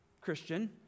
Christian